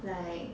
like